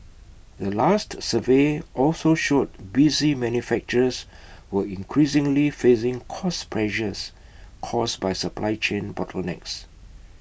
the latest survey also showed busy manufacturers were increasingly facing cost pressures caused by supply chain bottlenecks